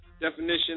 Definition